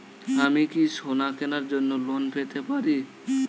আমি কি সোনা কেনার জন্য লোন পেতে পারি?